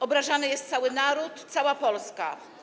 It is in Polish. Obrażany jest cały naród, cała Polska.